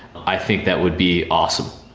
i think that would be awesome,